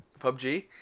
PUBG